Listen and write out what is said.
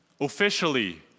Officially